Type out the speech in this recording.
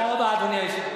תודה רבה, אדוני היושב-ראש.